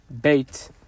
Bait